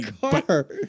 car